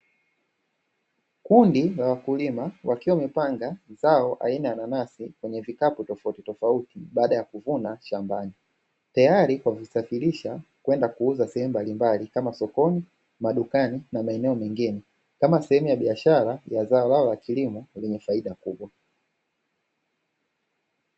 Kundi la wakulima wakiwa wamepanga zao aina ya nanasi kwenye vikapu tofautitofauti baada ya kuvuna shambani, tayari kwa kusafirisha kwenda kuuza sehemu mbalimbali kama sokoni, madukani na maeneo mengine kama sehemu ya biashara ya zao lao la kilimo lenye faida kubwa.